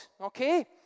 okay